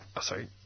Sorry